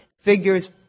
figures